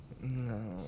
No